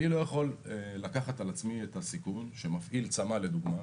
אני לא יכול לקחת על עצמי את הסיכון שמפעיל צמ"ה לדוגמה